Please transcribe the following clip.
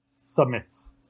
submits